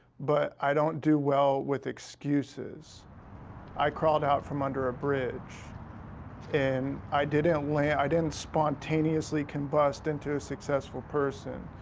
but i don't do well with excuses i crawled out from under a bridge and i didn't like i didn't spontaneously combust into a successful person.